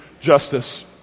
justice